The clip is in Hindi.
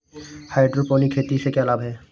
हाइड्रोपोनिक खेती से क्या लाभ हैं?